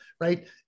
right